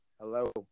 Hello